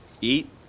eat